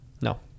No